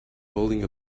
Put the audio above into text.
holding